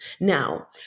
now